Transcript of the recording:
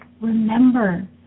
remember